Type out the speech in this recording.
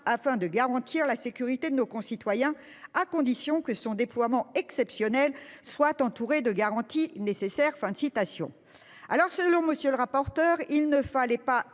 afin de garantir la sécurité de nos concitoyens, à condition que son déploiement, exceptionnel, soit entouré des garanties nécessaires ».